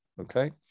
okay